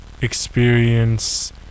experience